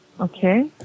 Okay